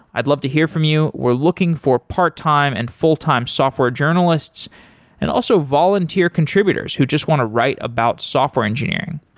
i'd love to hear from you. we're looking for part-time and full-time software journalists and also volunteer contributors who just want to write about software engineering.